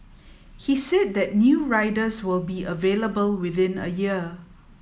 he said that new riders will be available within a year